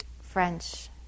French